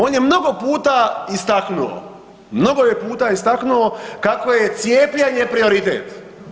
On je mnogo puta istaknuo, mnogo je puta istaknuo kako je cijepljenje prioritet.